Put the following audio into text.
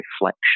reflection